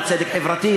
לצדק החברתי,